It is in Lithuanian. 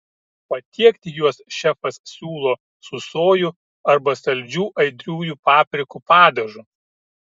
patiekti juos šefas siūlo su sojų arba saldžiu aitriųjų paprikų padažu